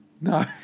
No